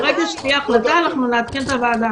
ברגע שתהיה החלטה אנחנו נעדכן את הוועדה.